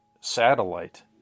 satellite